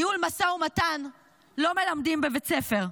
ניהול משא ומתן לא מלמדים בבית ספר,